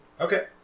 Okay